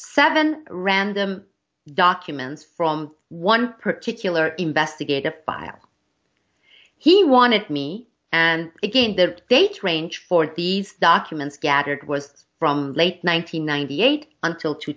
seven random documents from one particular investigative file he wanted me and again the date range for these documents gathered was from late one nine hundred ninety eight until two